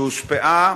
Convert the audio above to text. שהושפעה